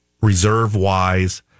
reserve-wise